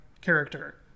character